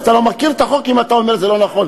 אתה לא מכיר את החוק אם אתה אומר שזה לא נכון.